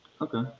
okay